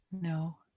No